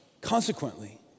Consequently